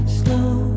slow